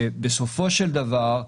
שבסופו של דבר,